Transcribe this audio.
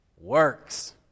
Works